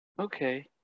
Okay